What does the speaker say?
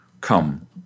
come